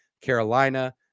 carolina